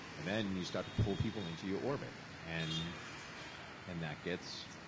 and then you start to pull people into your orbit and and that gets.